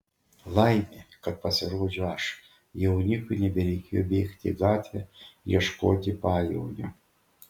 laimė kad pasirodžiau aš jaunikiui nebereikėjo bėgti į gatvę ieškoti pajaunio